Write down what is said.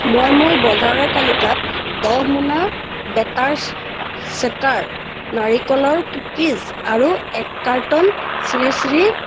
মই মোৰ বজাৰৰ তালিকাত দহ মোনা বেটাৰ চেটাৰ নাৰিকলৰ কুকিছ আৰু এক কাৰ্টন শ্ৰী শ্ৰী